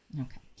Okay